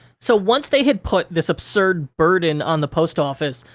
so, once they had put this absurd burden on the post office,